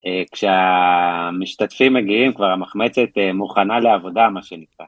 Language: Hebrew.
כשהמשתתפים מגיעים כבר המחמצת מוכנה לעבודה, מה שנקרא.